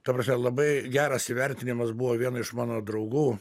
ta prasme labai geras įvertinimas buvo vieno iš mano draugų